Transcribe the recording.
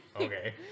okay